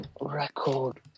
record